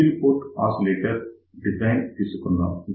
ఒక single port oscillator design తీసుకుందాం